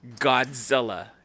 godzilla